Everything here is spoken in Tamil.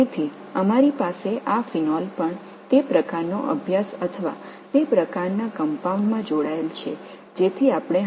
எனவே இந்த பீனால் அந்த வகையான ஆய்வையோ அல்லது அந்த வகையான கலவையையோ நாங்கள் இதுவரை விவாதிக்கவில்லை